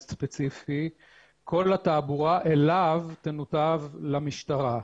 ספציפי כל התעבורה אליו תנותב למשטרה.